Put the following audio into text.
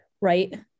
right